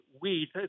wheat